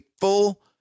full